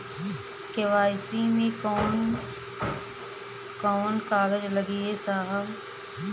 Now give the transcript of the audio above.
KYC मे कवन कवन कागज लगी ए साहब?